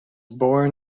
born